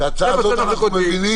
--- את ההצעה הזאת אנחנו מבינים.